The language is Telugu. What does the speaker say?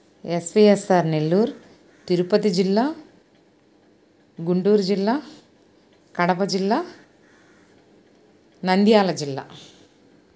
ఎస్పిఎస్ఆర్ నెల్లూరు తిరుపతి జిల్లా గుంటూరు జిల్లా కడప జిల్లా నంద్యాల జిల్లా